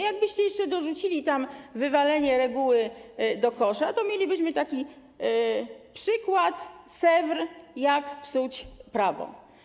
Jakbyście jeszcze dorzucili tam wywalenie reguły do kosza, to mielibyśmy taki przykład z Sevres, jak psuć prawo.